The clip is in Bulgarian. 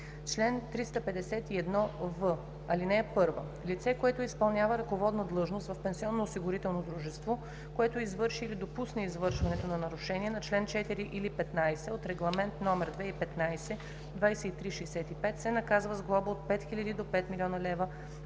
Чл. 351в. (1) Лице, което изпълнява ръководна длъжност в пенсионноосигурително дружество, което извърши или допусне извършването на нарушение на чл. 4 или 15 от Регламент (ЕС) № 2015/2365, се наказва с глоба от 5000 до 5 000 000 лв.,